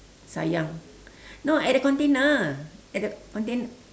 sayang no at the container at the contain~